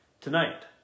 Tonight